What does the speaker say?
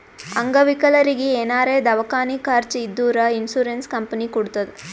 ಅಂಗವಿಕಲರಿಗಿ ಏನಾರೇ ದವ್ಕಾನಿ ಖರ್ಚ್ ಇದ್ದೂರ್ ಇನ್ಸೂರೆನ್ಸ್ ಕಂಪನಿ ಕೊಡ್ತುದ್